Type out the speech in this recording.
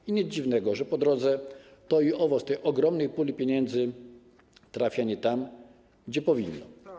I nic dziwnego, że po drodze to i owo z tej ogromnej puli pieniędzy trafia nie tam, gdzie powinno.